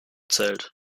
zählt